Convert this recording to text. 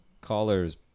caller's